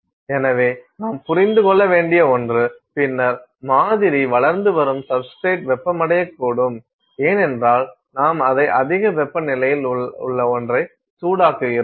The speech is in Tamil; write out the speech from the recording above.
எனவே இது நாம் புரிந்து கொள்ள வேண்டிய ஒன்று பின்னர் மாதிரி வளர்ந்து வரும் சப்ஸ்டிரேட் வெப்பமடையக்கூடும் ஏனென்றால் நாம் அதை அதிக வெப்பநிலையில் உள்ள ஒன்றை சூடாக்குகிறோம்